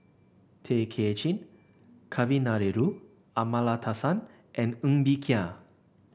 Tay Kay Chin Kavignareru Amallathasan and Ng Bee Kia